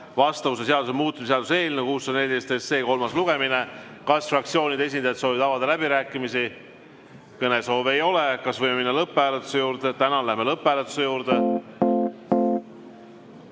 vastavuse seaduse muutmise seaduse eelnõu 614 kolmas lugemine. Kas fraktsioonide esindajad soovivad avada läbirääkimisi? Kõnesoove ei ole. Kas võime minna lõpphääletuse juurde? Tänan! Läheme lõpphääletuse juurde. Kas